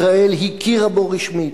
ישראל הכירה בו רשמית,